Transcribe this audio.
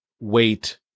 wait